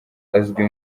azwi